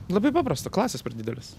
labai paprasta klasės per didelės